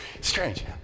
Strange